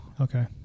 okay